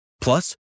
Plus